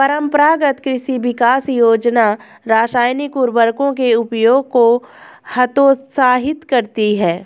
परम्परागत कृषि विकास योजना रासायनिक उर्वरकों के उपयोग को हतोत्साहित करती है